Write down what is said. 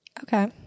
Okay